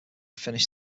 finish